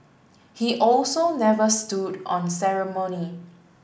he also never stood on ceremony